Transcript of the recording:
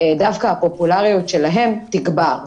דווקא הפופולריות שלהם תגבר.